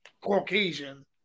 Caucasian